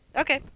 okay